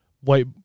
white